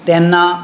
तेन्ना